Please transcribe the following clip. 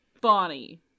Bonnie